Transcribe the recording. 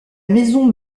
maison